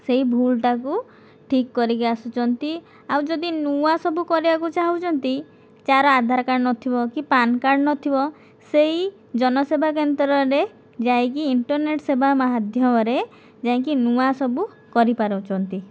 ସେଇ ଭୁଲଟାକୁ ଠିକ୍ କରିକି ଆସୁଛନ୍ତି ଆଉ ଯଦି ନୂଆ ସବୁ କରିବାକୁ ଚାହୁଁଛନ୍ତି ଯାହାର ଆଧାର କାର୍ଡ଼ ନ ଥିବ କି ପାନ୍ କାର୍ଡ଼ ନ ଥିବ ସେଇ ଜନସେବା କେନ୍ଦ୍ରରେ ଯାଇକି ଇଣ୍ଟେର୍ନେଟ ସେବା ମାଧ୍ୟମରେ ଯାଇଁକି ନୂଆ ସବୁ କରିପାରୁଛନ୍ତି